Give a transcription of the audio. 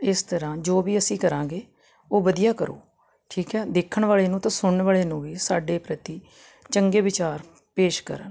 ਇਸ ਤਰ੍ਹਾਂ ਜੋ ਵੀ ਅਸੀਂ ਕਰਾਂਗੇ ਉਹ ਵਧੀਆ ਕਰੋ ਠੀਕ ਹੈ ਦੇਖਣ ਵਾਲੇ ਨੂੰ ਤਾਂ ਸੁਣਨ ਵਾਲੇ ਨੂੰ ਵੀ ਸਾਡੇ ਪ੍ਰਤੀ ਚੰਗੇ ਵਿਚਾਰ ਪੇਸ਼ ਕਰਨ